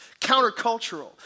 countercultural